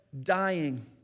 dying